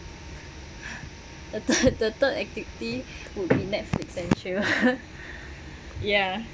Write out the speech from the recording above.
the third the third activity would be netflix and chill ya